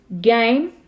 game